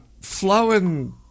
flowing